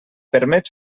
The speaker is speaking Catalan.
permet